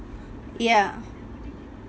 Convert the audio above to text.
yeah